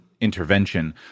intervention